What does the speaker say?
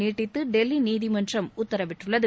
நீட்டித்து டெல்லி நீதிமன்றம் உத்தரவிட்டுள்ளது